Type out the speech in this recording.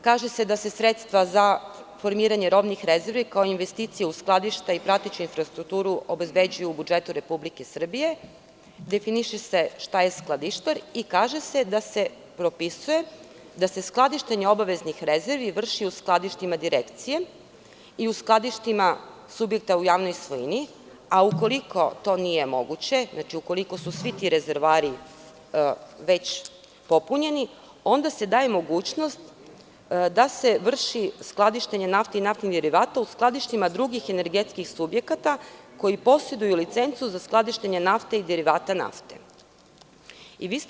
Kaže se da se sredstva za formiranje robnih rezervi, kao investicije u skladišta i prateću infrastrukturu, obezbeđuje u budžetu Republike Srbije, definiše se šta je skladištar i kaže se da se propisuje da se skladištenje obaveznih rezervi vrši u skladištima Direkcije i u skladištima subjekata u javnoj svojini, a ukoliko to nije moguće, ukoliko su svi ti rezervoari već popunjeni, onda se daje mogućnost da se vrši skladištenje nafte i naftnih derivata u skladištima drugih energetskih subjekata koji poseduju licencu za skladištenje nafte i naftnih derivata.